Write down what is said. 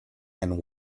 and